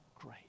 great